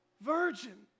virgin